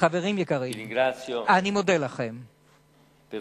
חברים יקרים, אני מודה לכם על